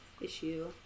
issue